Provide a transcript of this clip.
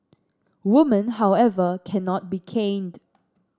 woman however cannot be caned